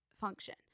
function